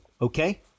okay